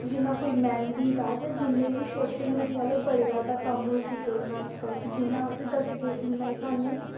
जि'यां कोई मेहंदी दा जिन्ने बी कोई सोशल मीडिया दे बड़े कम्म होई चुके दे न अज्जकल जिन्ना अस दस्सगे उन्ना गै सानूं